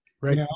Right